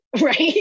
right